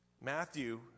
Matthew